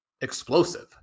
explosive